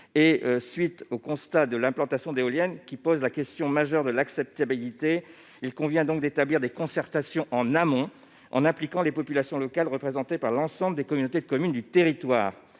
est de constater que l'implantation d'éoliennes pose la question majeure de l'acceptabilité. Il convient donc d'établir des concertations en amont, en impliquant les populations locales représentées par l'ensemble des communautés de communes du territoire,